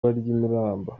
muramba